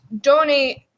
donate